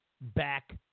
Back